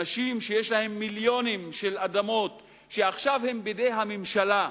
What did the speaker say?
אנשים שיש להם מיליונים של אדמות שעכשיו הן בידי הממשלה.